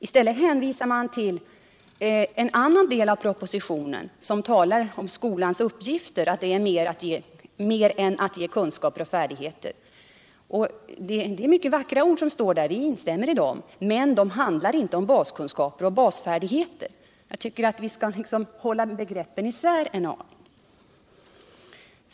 I stället hänvisar man till en annan del av propositionen. där det talas om skolans uppgifter — att det är mer än att ge kunskaper och färdigheter, Det är mycket vackra ord som står där, och vi instämmer i dem. Men de handlar inte om baskunskaper och basfärdigheter. Jag tycker att vi skall hålla begreppen isär en aning.